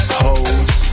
hoes